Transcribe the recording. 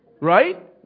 Right